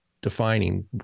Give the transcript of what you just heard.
defining